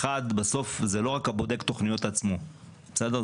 אחד, בסוף, זה לא רק בודק התוכניות עצמו, בסדר?